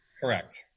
Correct